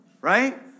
right